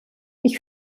ich